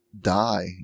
die